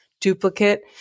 duplicate